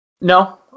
no